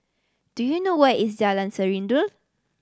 do you know where is Jalan